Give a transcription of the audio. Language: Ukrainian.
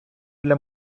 для